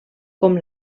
com